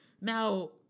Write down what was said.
Now